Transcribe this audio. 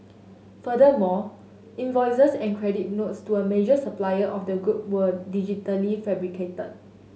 furthermore invoices and credit notes to a major supplier of the group were digitally fabricated